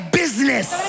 business